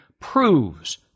proves